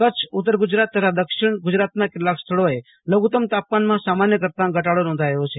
કચ્છઉત્તર ગુજરાત તથા દક્ષિણ ગુજરાતના કેટલાંક સ્થળોએ લઘુત્તમ તાપમાનમાં સામાન્ય કરતાં ઘટાડો નોંધાયો છે